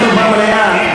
במליאה.